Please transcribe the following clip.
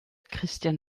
christian